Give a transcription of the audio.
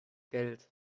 geld